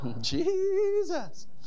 Jesus